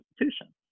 institution